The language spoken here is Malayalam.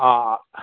ആ